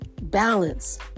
balance